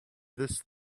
this